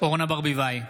אורנה ברביבאי,